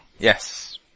Yes